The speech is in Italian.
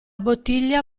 bottiglia